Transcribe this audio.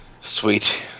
Sweet